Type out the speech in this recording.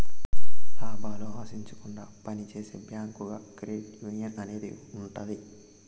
లాభాలు ఆశించకుండా పని చేసే బ్యాంకుగా క్రెడిట్ యునియన్ అనేది ఉంటది